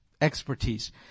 expertise